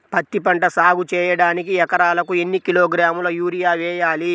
పత్తిపంట సాగు చేయడానికి ఎకరాలకు ఎన్ని కిలోగ్రాముల యూరియా వేయాలి?